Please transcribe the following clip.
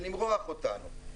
זה למרוח אותנו.